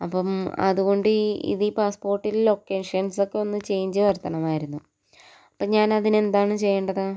അപ്പം അതുകൊണ്ട് ഈ ഇത് ഈ പാസ്പോർട്ടിൽ ലൊക്കേഷൻസ് ഒക്കെ ഒന്ന് ചേഞ്ച് വരുത്തണമായിരുന്നു അപ്പം ഞാൻ അതിനെന്താണ് ചെയ്യേണ്ടത്